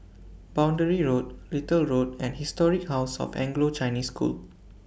Boundary Road Little Road and Historic House of Anglo Chinese School